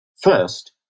First